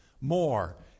more